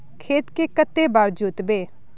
खेत के कते बार जोतबे?